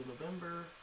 November